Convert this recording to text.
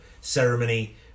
ceremony